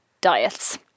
diets